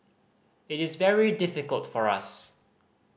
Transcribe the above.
it is very difficult for us